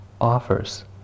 offers